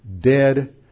dead